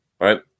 right